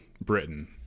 Britain